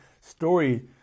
story